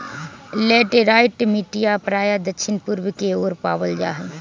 laterite मटिया प्रायः दक्षिण पूर्व के ओर पावल जाहई